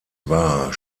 war